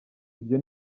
ibyo